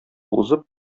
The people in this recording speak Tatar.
узып